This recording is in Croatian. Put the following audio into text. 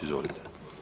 Izvolite.